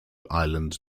island